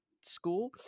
school